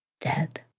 dead